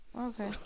Okay